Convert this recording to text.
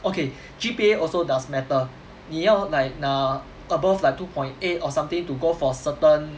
okay G_P_A also does matter 你要 like 拿 above like two point eight or something to go for certain